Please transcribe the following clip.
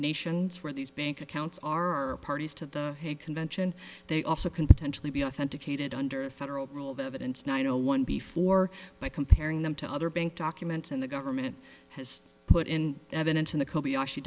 nations where these bank accounts are are parties to the hague convention they also can potentially be authenticated under federal rule of evidence no one before by comparing them to other bank documents and the government has put in evidence in the kob